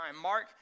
Mark